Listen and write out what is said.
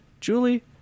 Julie